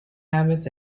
habits